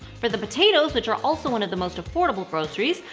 for the potatoes, which are also one of the most affordable groceries,